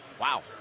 Wow